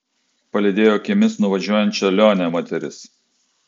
palydėjo akimis nuvažiuojančią lionę moteris